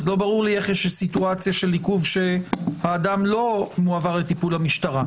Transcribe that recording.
לא ברור לי איך יש סיטואציה של עיכוב כשהאדם לא מועבר לטיפול המשטרה.